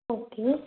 okay